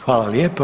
Hvala lijepo.